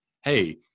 Hey